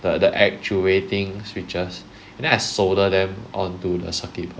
the the actuating switches and asked solder them onto the circuit